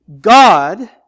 God